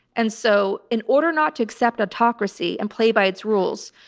and so in order not to accept autocracy and play by its rules,